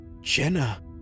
Jenna